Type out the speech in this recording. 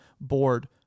bored